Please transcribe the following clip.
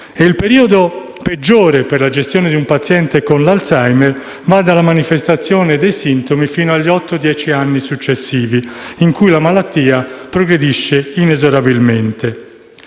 Il periodo peggiore per la gestione di un paziente con l'Alzheimer va dalla manifestazione dei sintomi fino agli otto o dieci anni successivi, in cui la malattia progredisce inesorabilmente.